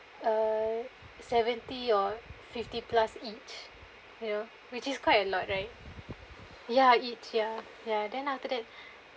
uh seventy or fifty plus each you know which is quite a lot right ya each ya ya then after that